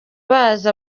bazi